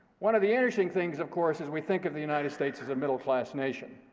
one of the interesting things, of course, is we think of the united states as a middle class nation.